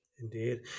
Indeed